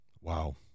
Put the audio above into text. Wow